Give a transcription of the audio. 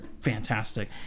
fantastic